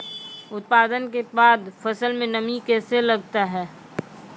उत्पादन के बाद फसल मे नमी कैसे लगता हैं?